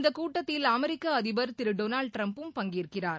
இந்த கூட்டத்தில் அமெரிக்க அதிபர் திரு டொனால்ட் டிரம்பும் பங்கேற்கிறார்